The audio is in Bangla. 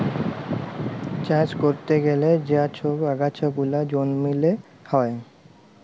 চাষ ক্যরতে গ্যালে যা ছব আগাছা গুলা জমিল্লে হ্যয়